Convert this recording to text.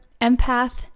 empath